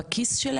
כשהם מגיעים,